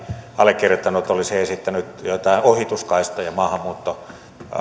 allekirjoittanut olisi esittänyt joitain ohituskaistoja